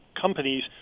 companies